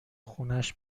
خونش